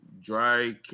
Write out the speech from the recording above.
dry